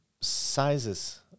sizes